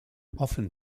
often